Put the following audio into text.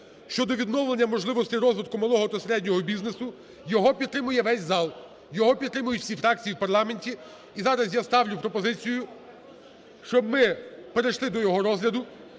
щодо відновлення можливостей розвитку малого та середнього бізнесу. Його підтримує весь зал. Його підтримують всі фракції у парламенті. І зараз я ставлю пропозицію, щоб ми перейшли до його розгляду.